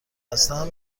هستم